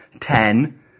ten